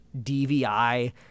dvi